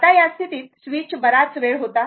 आता या स्थितीत स्विच बराच वेळ होता